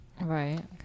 Right